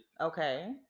Okay